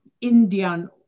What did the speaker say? Indian